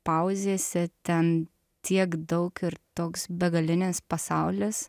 pauzėse ten tiek daug ir toks begalinis pasaulis